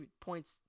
points